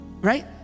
Right